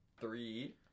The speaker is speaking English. three